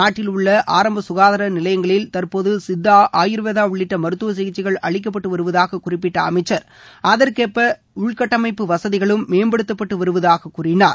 நாட்டில் உள்ள ஆரம்ப சுகாதார நிலையங்களில் தற்போது சித்தா ஆயுர்வேதா உள்ளிட்ட மருத்துவ சிகிச்சைகள் அளிக்கப்பட்டு வருவதாகக் குறிப்பிட்ட அமைச்சா் அதற்கேற்ப உள்கட்டமைப்பு வசதிகளும் மேம்படுத்தப்பட்டு வருவதாகக் கூறினார்